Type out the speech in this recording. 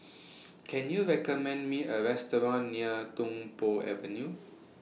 Can YOU recommend Me A Restaurant near Tung Po Avenue